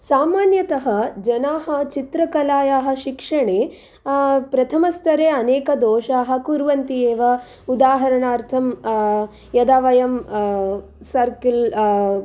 सामान्यतः जनाः चित्रकलायाः शिक्षणे प्रथमस्तरे अनेकदोषाः कुर्वन्ति एव उदाहरणार्थम् यदा वयम् सर्कल्